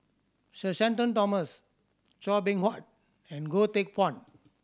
Sir Shenton Thomas Chua Beng Huat and Goh Teck Phuan